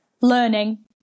learning